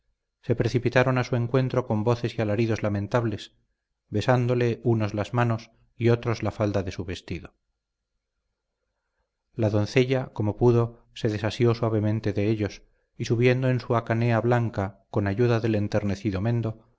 se precipitaron a su encuentro con voces y alaridos lamentables besándole unos las manos y otros la falda de su vestido la doncella como pudo se desasió suavemente de ellos y subiendo en su hacanea blanca con ayuda del enternecido mendo